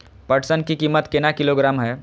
पटसन की कीमत केना किलोग्राम हय?